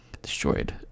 Destroyed